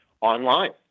online